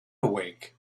awake